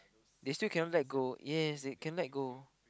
they still cannot let go yes they cannot let go